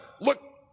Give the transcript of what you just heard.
look